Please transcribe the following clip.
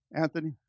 Anthony